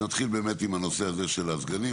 אז נתחיל באמת עם הנושא הזה של הסגנים,